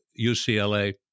UCLA